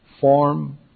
form